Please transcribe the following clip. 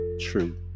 true